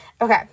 okay